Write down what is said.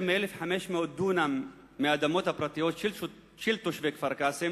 יותר מ-1,500 דונם מהאדמות הפרטיות של תושבי כפר-קאסם